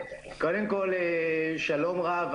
שלום רב.